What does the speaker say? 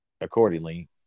accordingly